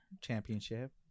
championship